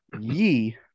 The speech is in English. ye